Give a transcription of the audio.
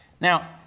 Now